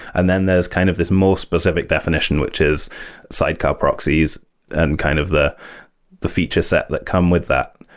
and then there's kind of this most specific definition, which is sidecar proxies and kind of the the feature set that come with that.